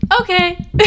okay